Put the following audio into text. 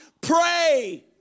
Pray